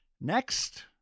Next